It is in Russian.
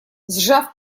сжав